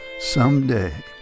someday